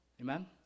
amen